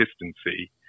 consistency